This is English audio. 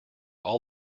all